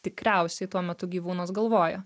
tikriausiai tuo metu gyvūnas galvoja